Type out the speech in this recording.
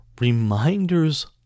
reminders